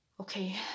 Okay